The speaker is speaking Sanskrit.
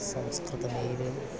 संस्कृतमेव